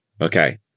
Okay